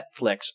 Netflix